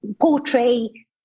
portray